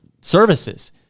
services